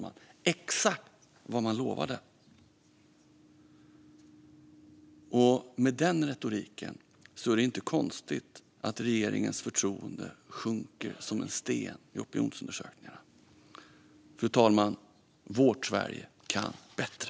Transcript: Med den retoriken, fru talman, är det inte konstigt att regeringens förtroende sjunker som en sten i opinionsundersökningarna. Fru talman! Vårt Sverige kan bättre.